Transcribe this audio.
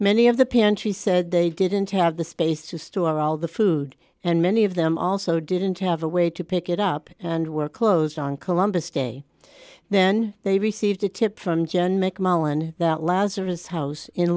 many of the pantry said they didn't have the space to store all the food and many of them also didn't have a way to pick it up and were closed on columbus day then they received a tip from john mcmullan that lazarus house in